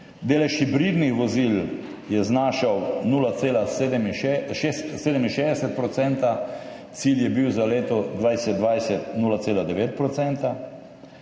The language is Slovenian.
delež hibridnih vozil je znašal 0,67 %, cilj je bil za leto 2020 0,9